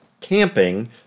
camping